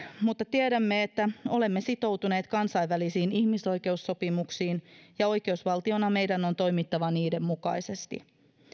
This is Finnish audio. tiedämme että olemme sitoutuneet kansainvälisiin ihmisoikeussopimuksiin ja oikeusvaltiona meidän on toimittava niiden mukaisesti